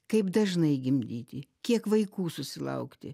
kaip dažnai gimdyti kiek vaikų susilaukti